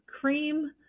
cream